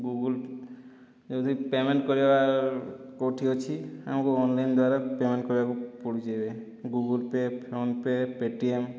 Google ଯେମିତି payment କରିବା କୋଉଠି ଅଛି ଆମକୁ ଅନ୍ଲାଇନ୍ ଦ୍ଵାରା ପେମେଣ୍ଟ କରିବାକୁ ପଡ଼ୁଛି ଏବେ Google pay PhonePe Paytm